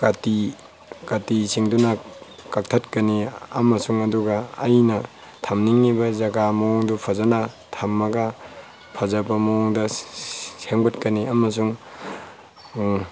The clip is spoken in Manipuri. ꯀꯥꯇꯤ ꯀꯥꯇꯤꯁꯤꯡꯗꯨꯅ ꯀꯛꯊꯠꯀꯅꯤ ꯑꯃꯁꯨꯡ ꯑꯗꯨꯒ ꯑꯩꯅ ꯊꯝꯅꯤꯡꯉꯤꯕ ꯖꯒꯥ ꯃꯑꯣꯡꯗꯨ ꯐꯖꯅ ꯊꯝꯃꯒ ꯐꯖꯕ ꯃꯑꯣꯡꯗ ꯁꯦꯝꯒꯠꯀꯅꯤ ꯑꯃꯁꯨꯡ